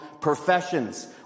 professions